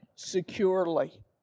Securely